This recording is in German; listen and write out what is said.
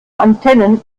antennen